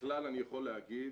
ככלל אני יכול להגיד